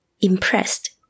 impressed